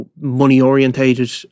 money-orientated